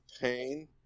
pain